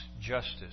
justice